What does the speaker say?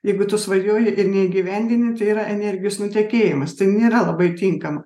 jeigu tu svajoji ir neįgyvendinti tai yra energijos nutekėjimas tai nėra labai tinkama